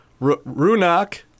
Runak